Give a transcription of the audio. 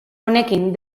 honekin